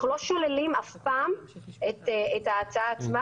אנחנו לא שוללים אף פעם את ההצעה עצמה